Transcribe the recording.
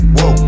Whoa